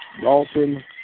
Dalton